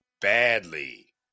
badly